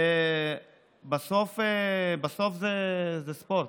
ובסוף זה ספורט.